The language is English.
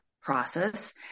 process